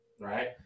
right